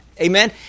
Amen